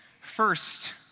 First